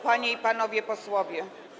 Panie i Panowie Posłowie!